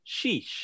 sheesh